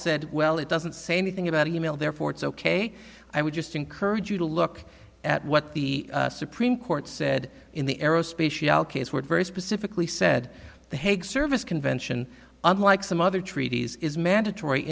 said well it doesn't say anything about email therefore it's ok i would just encourage you to look at what the supreme court said in the aerospace case where very specifically said the hague service convention unlike some other treaties is mandatory